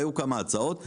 היו כמה הצעות.